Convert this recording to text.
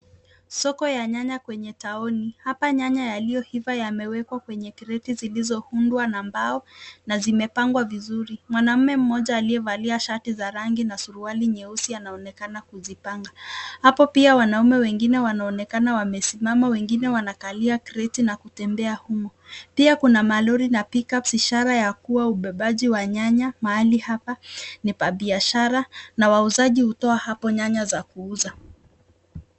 Soko ya nyanya kwenye taoni. Hapa nyanya yaliyoiva yamewekwa kwenye kreti zilizoundwa na mbao na zimepangwa vizuri. Mwanaume mmoja aliyevalia shati za rangi na suruali nyeusi anaonekana kuzipanga. Hapo pia wanaume wengine wanaonekana wamesimama, wengine wanakalia kreti na kutembea humo. Pia kuna malori na pick-ups ishara ya kuwa ubebabji wa nyanya mahali hapa ni pa biashara na wauzaji hutoa hapo nyanya za kuuza.